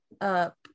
up